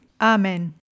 Amen